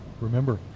Remember